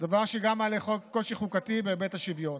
דבר שגם מעלה קושי חוקתי בהיבט השוויון,